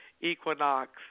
Equinox